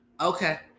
Okay